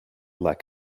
lack